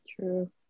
true